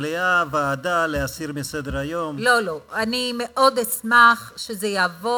למנהליו ולרופאיו, ואני בטוחה שיחד,